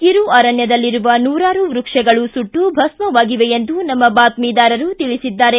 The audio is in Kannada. ಕಿರು ಅರಣ್ಯದಲ್ಲಿರುವ ನೂರಾರು ವ್ಯಕ್ಷಗಳು ಸುಟ್ಟು ಭಸ್ಮವಾಗಿವೆ ಎಂದು ನಮ್ಮ ಬಾತ್ಮಿದಾರರು ತಿಳಿಸಿದ್ದಾರೆ